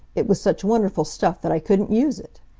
it was such wonderful stuff that i couldn't use it.